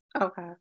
Okay